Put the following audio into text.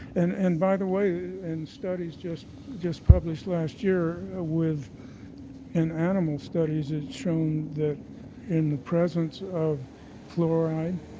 and and by the way, and studies just just published last year ah with and animal studies, it's shown that in the presence of fluoride,